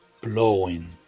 blowing